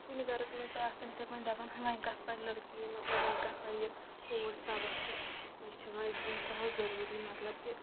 کُنہِ گَرَس منٛز چھِ آسَان یِتھٕے پٲٹھۍ دَپان وۄنۍ کَتھ پَرِ لٔڑکی مطلب وۄنۍ کَتھ پَرِ یہِ کوٗر سبق تہِ یہِ چھِ وۄنۍ أمِس چھ وۄنۍ ضروٗری مطلب کہ